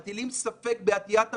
מטילים ספק בעטיית המסכה.